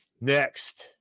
next